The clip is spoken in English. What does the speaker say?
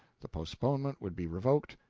the postponement would be revoked,